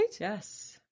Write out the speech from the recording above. Yes